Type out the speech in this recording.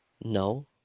No